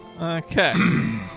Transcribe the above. Okay